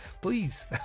please